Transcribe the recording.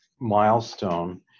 milestone